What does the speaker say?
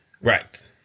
Right